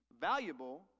valuable